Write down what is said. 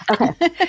Okay